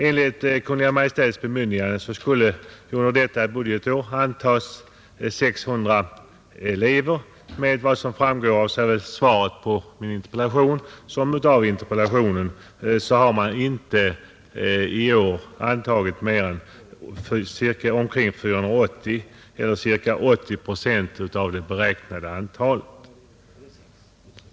Enligt Kungl. Maj:ts bemyndigande skulle under detta budgetår antas 600 elever, men enligt vad som framgår såväl av svaret som av interpellationen har man i år inte antagit fler än ca 480 eller ca 80 procent av det beräknade antalet.